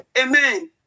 Amen